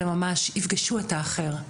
אלא ממש יפגשו את האחר,